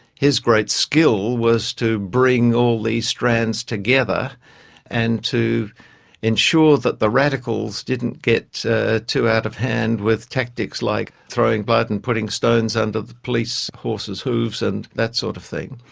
his great skill was to bring all these strands together and to ensure that the radicals didn't get too out of hand with tactics like throwing blood and putting stones under the police horses' hooves and that sort of thing.